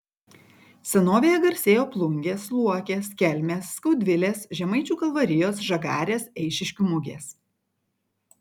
senovėje garsėjo plungės luokės kelmės skaudvilės žemaičių kalvarijos žagarės eišiškių mugės